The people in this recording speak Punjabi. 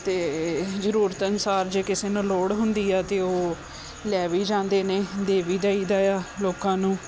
ਅਤੇ ਜ਼ਰੂਰਤ ਅਨੁਸਾਰ ਜੇ ਕਿਸੇ ਨਾਲ ਲੋੜ ਹੁੰਦੀ ਆ ਤਾਂ ਉਹ ਲੈ ਵੀ ਜਾਂਦੇ ਨੇ ਦੇ ਵੀ ਦੇਈਦਾ ਆ ਲੋਕਾਂ ਨੂੰ